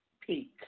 peak